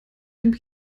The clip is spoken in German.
dem